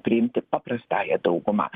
priimti paprastąja dauguma